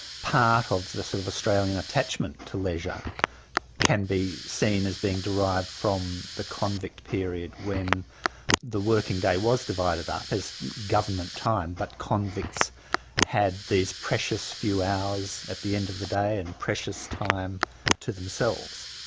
part of the sort of australian attachment to leisure can be seen as being derived form the convict period, when the working day was divided up, as government time, but convicts had these precious few hours at the end of the day and precious time to themselves.